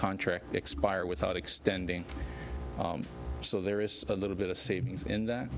contract expire without extending so there is a little bit of savings in that